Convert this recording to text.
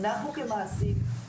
אנחנו כמעסיק,